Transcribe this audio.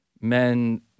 men